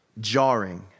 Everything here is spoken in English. jarring